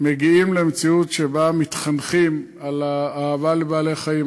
מגיעים למציאות שאנחנו מתחנכים על האהבה לבעלי-חיים,